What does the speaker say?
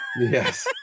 Yes